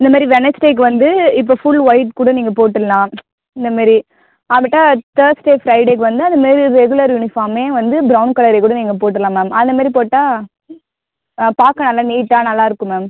இந்தமாரி வெனஸ்டேவுக்கு வந்து இப்போ ஃபுல் ஒயிட் கூட நீங்கள் போட்டுடலாம் இந்தமாரி அதை விட்டால் தேர்ஸ்டே ஃப்ரைடேவுக்கு வந்து அது மாரி ரெகுலர் யூனிஃபார்மே வந்து ப்ரௌன் கலரே கூட நீங்கள் போட்டுக்கலாம் மேம் அந்தமாரி போட்டால் பார்க்க நல்லா நீட்டாக நல்லாயிருக்கும் மேம்